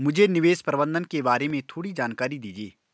मुझे निवेश प्रबंधन के बारे में थोड़ी जानकारी दीजिए